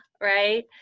right